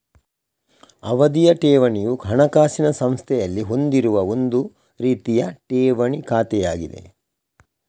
ಅವಧಿಯ ಠೇವಣಿಯು ಹಣಕಾಸಿನ ಸಂಸ್ಥೆಯಲ್ಲಿ ಹೊಂದಿರುವ ಒಂದು ರೀತಿಯ ಠೇವಣಿ ಖಾತೆಯಾಗಿದೆ